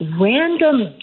random